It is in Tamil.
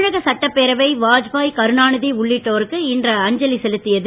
தமிழக சட்டப்பேரவை வாஜ்பாய் கருணாநிதி உள்ளிட்டோருக்கு இன்று அஞ்சலி செலுத்தியது